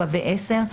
4 ו-10.